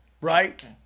right